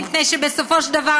מפני שבסופו של דבר,